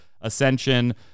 ascension